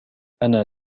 أنا